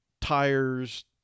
tires